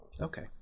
Okay